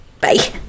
Bye